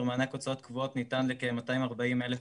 מענק הוצאות קבועות ניתן לכ-240,000 עסקים,